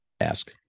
Ask